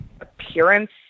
appearance